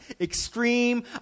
extreme